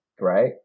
right